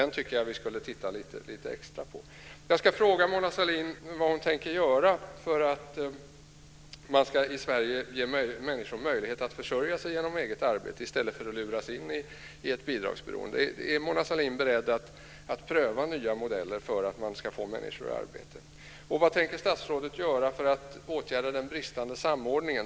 Jag tycker att vi skulle titta lite extra på den. Jag vill fråga Mona Sahlin vad hon tänker göra för att man i Sverige ska kunna ge människor möjlighet att försörja sig genom eget arbete i stället för att bli inlurade i ett bidragsberoende. Är Mona Sahlin beredd att pröva nya modeller för att få människor i arbete? Och vad tänker statsrådet göra för att åtgärda den bristande samordningen?